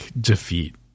defeat